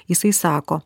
jisai sako